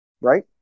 right